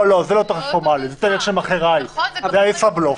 זה ישראבלוף.